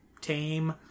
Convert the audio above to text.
tame